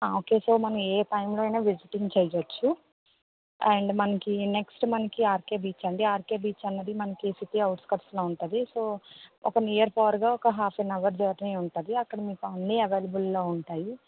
okay so మనము ఏ టైమ్లో అయినా విజిటింగ్ చేయవచ్చు అండ్ మనకి నెక్స్ట్ మనకి ఆర్కె బీచ్ అండీ ఆర్కె బీచ్ అన్నది మనకి సిటీ అవుట్ స్కట్స్లో ఉంటుంది సో ఒక నియర్ బార్గా ఒక ఆఫ్ అన్ అవర్ జర్నీ ఉంటుంది అక్కడ అని మీకు అవైలబుల్లో ఉంటాయి